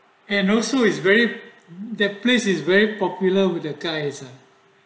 and also it's very the place is very popular with the guys ah